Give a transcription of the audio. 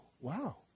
wow